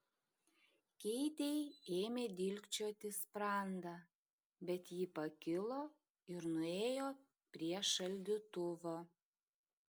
keitei ėmė dilgčioti sprandą bet ji pakilo ir nuėjo prie šaldytuvo